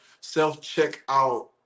self-checkout